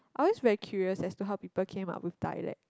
I always very curious as to how people came out with dialect